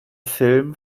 film